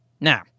Now